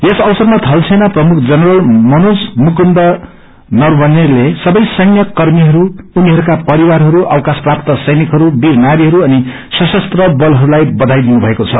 यस अवसरामा थलसेना प्रमुख जनरल मनोज मुकन्द नरवणेते सैन्य कर्मीहरू उनीहरूको परिवारहरू अवक्रश प्राप्त सैनिकहरू वीर नारीहरू अनि सशस्त्र बतहरूलाइबयाई दिनुभएको छ